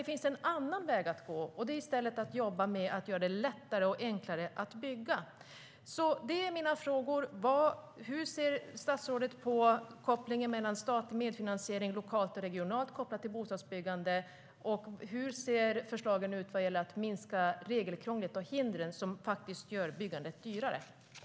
Det finns alltså en annan väg att gå, och det är att jobba med att göra det lättare och enklare att bygga.